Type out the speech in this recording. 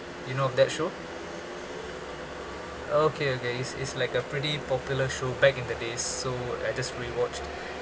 you know of that show okay okay it's it's like a pretty popular show back in the days so I just rewatched